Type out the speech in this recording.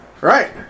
Right